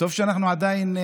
למה אנחנו מחנכים